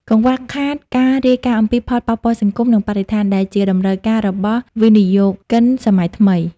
កង្វះខាតការរាយការណ៍អំពីផលប៉ះពាល់សង្គម និងបរិស្ថាន ដែលជាតម្រូវការរបស់វិនិយោគិនសម័យថ្មី។